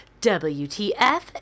WTF